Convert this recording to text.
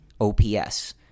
OPS